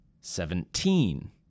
Seventeen